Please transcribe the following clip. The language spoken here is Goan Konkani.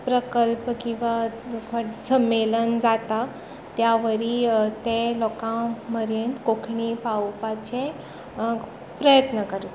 प्रकल्प किंवा सम्मेलन जाता त्या वरवीं ते लोकां म्हऱ्यांत कोंकणी पावोवपाचें प्रयत्न करता